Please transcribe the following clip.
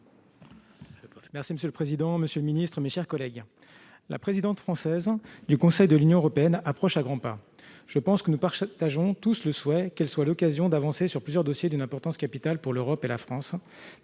est à M. Cyril Pellevat. Monsieur le ministre, la présidence française du Conseil de l'Union européenne approche à grands pas. Je pense que nous partageons tous le souhait qu'elle soit l'occasion d'avancer sur plusieurs dossiers d'une importance capitale pour l'Europe et la France,